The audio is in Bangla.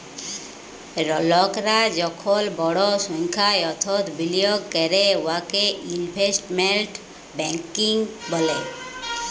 লকরা যখল বড় সংখ্যায় অথ্থ বিলিয়গ ক্যরে উয়াকে ইলভেস্টমেল্ট ব্যাংকিং ব্যলে